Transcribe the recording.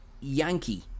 Yankee